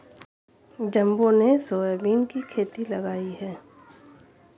जम्बो ने सोयाबीन की खेती लगाई है